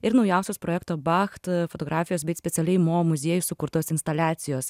ir naujausios projekto bacht fotografijos bei specialiai mo muziejuj sukurtos instaliacijos